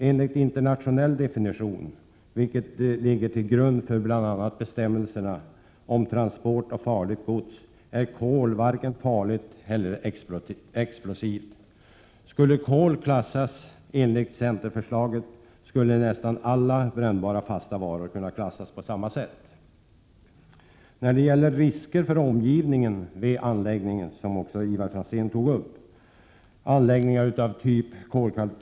Enligt internationell definition, vilken ligger till grund för bl.a. bestämmelserna om transport av farligt gods, är kol varken farligt eller explosivt. Skulle kol klassas enligt centerförslaget, skulle nästan alla brännbara fasta varor kunna klassas på samma sätt. Ivar Franzén tog upp riskerna för omgivningen vid anläggningar av samma typ som kolkraftverket vid Värtan.